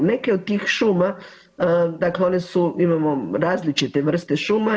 Neke od tih šuma, dakle one su, imamo različite vrste šuma.